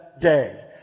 day